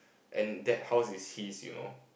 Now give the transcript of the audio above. and that house is his you know